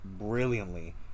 brilliantly